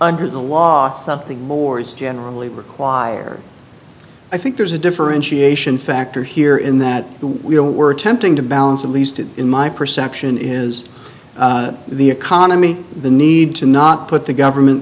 nder the law something wars generally require i think there's a differentiation factor here in that we all were tempting to balance at least in my perception is the economy the need to not put the government